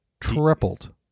tripled